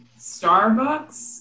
Starbucks